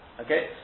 Okay